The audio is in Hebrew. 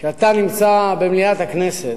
כשאתה נמצא במליאת הכנסת,